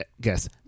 guess